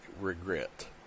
regret